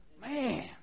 Man